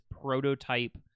prototype